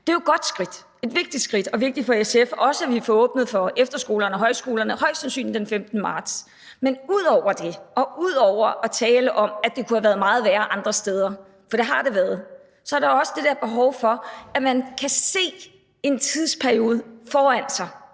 Det er jo et godt skridt og et vigtigt skridt, også vigtigt for SF, også at vi får åbnet for efterskolerne og højskolerne, højst sandsynligt den 15. marts. Men ud over det og ud over at tale om, at det kunne have været meget værre andre steder – for det har det været – er der også det der behov for, at man kan se en tidsperiode foran sig